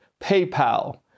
PayPal